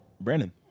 Brandon